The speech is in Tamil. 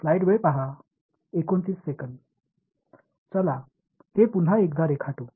ஸ்லைடு நேரம் 0029 ஐப் பார்க்கவும் எனவே இதை மீண்டும் ஒரு முறை வரைவோம்